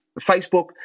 Facebook